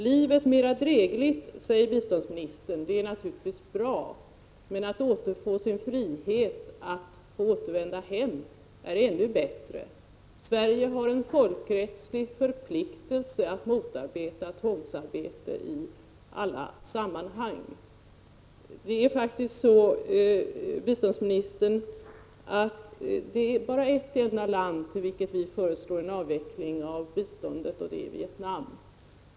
Livet blir mera drägligt, säger biståndsministern. Det är naturligtvis bra, men att återfå sin frihet, att återvända hem är ännu bättre. Sverige har en folkrättslig förpliktelse att motverka tvångsarbete i alla sammanhang. Det är faktiskt så, biståndsministern, att det bara är ett enda land för vilket vi föreslår en avveckling av biståndet, och det är Vietnam.